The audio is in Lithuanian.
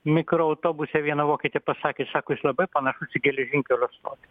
mikroautobuse viena vokietė pasakė sako jis labai panašus į geležinkelio stotį